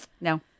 No